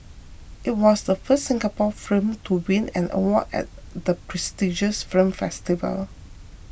it was the first Singapore film to win an award at the prestigious film festival